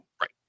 Right